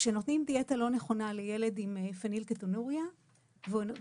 כנתונים דיאטה לא נכונה לילד עם פנילקטונוריה ונותנים